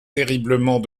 terriblement